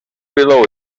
below